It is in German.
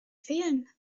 fehlen